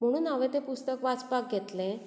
म्हुणून हांवें तें पुस्तक वाचपाक घेतलें